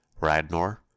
Radnor